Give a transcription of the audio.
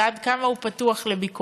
ועד כמה הוא פתוח לביקורת,